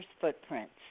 Footprints